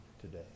today